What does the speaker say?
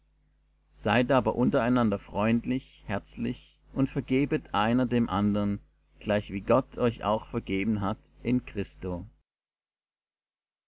seid aber untereinander freundlich herzlich und vergebet einer dem andern gleichwie gott euch auch vergeben hat in christo